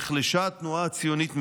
נחלשה התנועה הציונית מאוד,